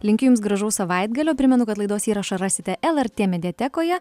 linkiu jums gražaus savaitgalio primenu kad laidos įrašą rasite lrt mediatekoje